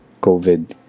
COVID